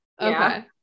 Okay